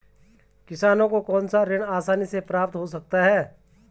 किसानों को कौनसा ऋण आसानी से प्राप्त हो सकता है?